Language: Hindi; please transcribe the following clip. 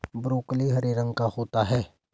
ब्रोकली हरे रंग का होता है